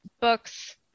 books